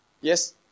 Yes